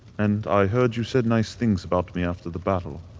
and i heard you said nice things about me after the battle.